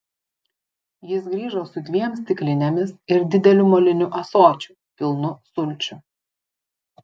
jis grįžo su dviem stiklinėmis ir dideliu moliniu ąsočiu pilnu sulčių